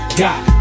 got